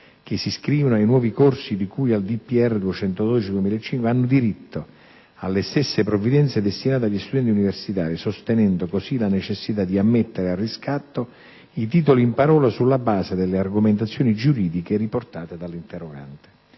del Presidente della Repubblica n. 212/2005 hanno diritto alle stesse provvidenze destinate agli studenti universitari», sostenendo così la necessità di ammettere a riscatto i titoli in parola sulla base delle argomentazioni giuridiche riportate dall'interrogante.